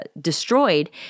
destroyed